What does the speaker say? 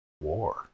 war